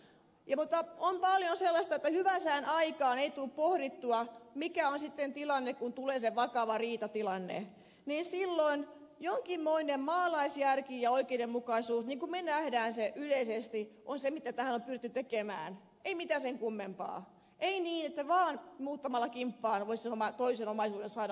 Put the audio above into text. mutta kun on paljon sellaista että hyvän sään aikaan ei tule pohdittua mikä on sitten tilanne kun tulee se vakava riitatilanne niin silloin jonkinmoinen maalaisjärki ja oikeudenmukaisuus niin kuin me näemme sen yleisesti on se mitä tähän on pyritty tekemään ei mitään sen kummempaa ei niin että vaan muuttamalla kimppaan voisi toisen omaisuuden saada itselleen